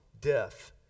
death